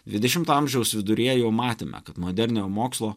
dvidešimto amžiaus viduryje jau matėme kad moderniojo mokslo